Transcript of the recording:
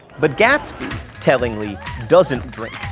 but gatsby, tellingly, doesn't drink.